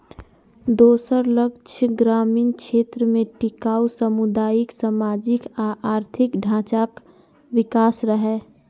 दोसर लक्ष्य ग्रामीण क्षेत्र मे टिकाउ सामुदायिक, सामाजिक आ आर्थिक ढांचाक विकास रहै